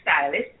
stylist